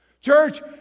Church